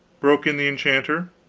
broke in the enchanter.